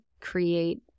create